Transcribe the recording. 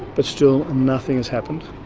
but still, nothing has happened.